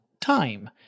Time